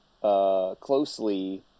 Closely